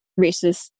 racist